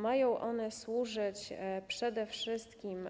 Mają one służyć przede wszystkim